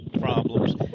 problems